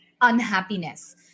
unhappiness